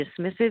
dismissive